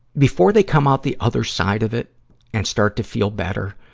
before they come out the other side of it and start to feel better,